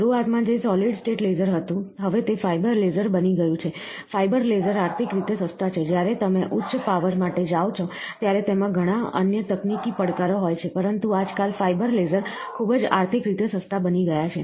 શરૂઆતમાં જે solid state laser હતું હવે તે ફાઇબર લેસર બની ગયું છે ફાઇબર લેસર આર્થિક રીતે સસ્તા છે જ્યારે તમે ઉચ્ચ પાવર માટે જાઓ છો ત્યારે તેમાં ઘણાં અન્ય તકનીકી પડકારો હોય છે પરંતુ આજકાલ ફાઇબર લેસર ખૂબ જ આર્થિક રીતે સસ્તા બની રહ્યા છે